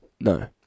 No